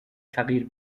فقیر